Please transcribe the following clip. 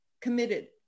committed